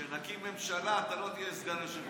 כשנקים ממשלה אתה לא תהיה סגן יושב-ראש,